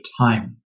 time